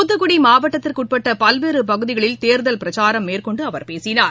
தூத்துக்குடிமாவட்டத்திற்குட்பட்டபல்வேறுபகுதிகளில் தேர்தல் பிரச்சாரம் மேற்கொன்டுஅவர் பேசினார்